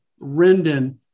Rendon